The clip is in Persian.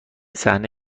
صحنه